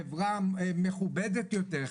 חברה מכובדת יותר,